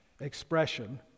expression